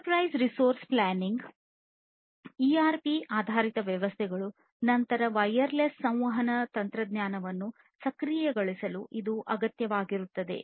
enterprise resource planning ERP ಆಧಾರಿತ ವ್ಯವಸ್ಥೆಗಳು ನಂತರ ವೈರ್ಲೆಸ್ ಸಂವಹನ ತಂತ್ರಜ್ಞಾನವನ್ನು ಸಕ್ರಿಯಗೊಳಿಸಲು ಇದು ಅಗತ್ಯವಾಗಿರುತ್ತದೆ